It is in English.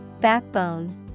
Backbone